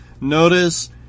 notice